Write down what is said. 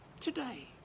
today